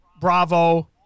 Bravo